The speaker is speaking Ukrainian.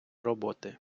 роботи